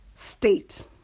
state